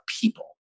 people